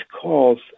calls